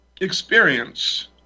experience